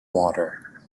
water